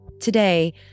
Today